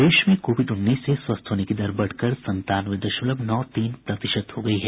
प्रदेश में कोविड उन्नीस से स्वस्थ होने की दर बढ़कर संतानवे दशमलव नौ तीन प्रतिशत हो गई है